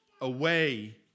away